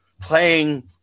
playing